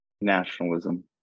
nationalism